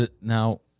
now